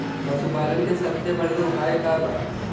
पशु पालन के सबसे बढ़ियां उपाय का बा?